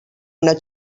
una